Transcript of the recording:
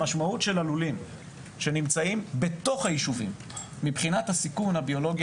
המשמעות של הלולים שנמצאים בתוך היישובים מבחינת הסיכון הביולוגי,